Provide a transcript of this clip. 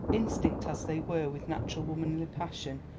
instinct as they were with natural womanly passion,